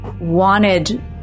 wanted